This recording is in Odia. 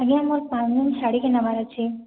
ଆଜ୍ଞା ମୋର୍ ପାଞ୍ଚ୍ ଦିନ ଛାଡ଼ିକେ ନେବାର ଅଛେ